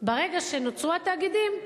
ברגע שנוצרו התאגידים,